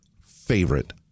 favorite